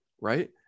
Right